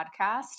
podcast